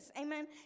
Amen